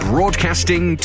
Broadcasting